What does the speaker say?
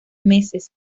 meses